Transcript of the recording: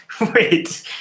wait